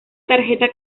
tarjeta